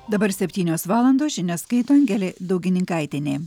dabar septynios valandos žinias skaito angelė daugininkaitienė